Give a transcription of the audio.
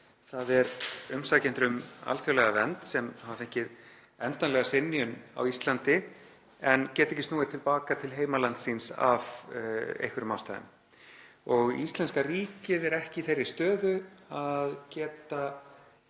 þ.e. umsækjendur um alþjóðlega vernd sem hafa fengið endanlega synjun á Íslandi en geta ekki snúið til baka til heimalands síns af einhverjum ástæðum og íslenska ríkið er ekki í þeirri stöðu að geta